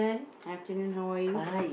afternoon how are you